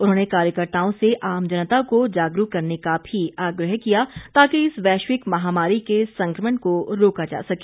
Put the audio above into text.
उन्होंने कार्यकर्ताओं से आम जनता को जागरूक करने का भी आग्रह किया ताकि इस वैश्विक महामारी के संक्रमण को रोका जा सके